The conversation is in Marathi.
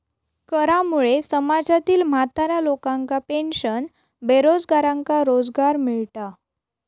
करामुळे समाजातील म्हाताऱ्या लोकांका पेन्शन, बेरोजगारांका रोजगार मिळता